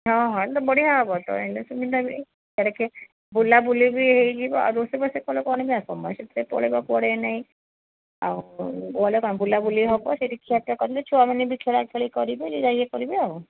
ହଁ ହଁ ଏ ତ ବଢ଼ିଆ ହବ ତ ଏଇନେ ସୁବିଧା ନାହିଁ ଇୟାଡ଼େ ସିଏ ବୁଲାବୁଲି ବି ହୋଇଯିବ ଇଏ ହେବ ଆଉ ରୋଷଇବାସ କଲେ କ'ଣ କି ସମୟ ସେଥିରେ ପଳେଇବ ପଡ଼େ ନାହିଁ ଆଉ ଭଲ ବୁଲାବୁଲି ହେବ ସେଠି ଖିଆ ପିଆ କଲେ ଛୁଆମାନେ ବି ଖେଳା ଖେଳି କରିବେ ଯାଇ ଇଏ କରିବେ